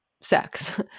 sex